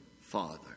father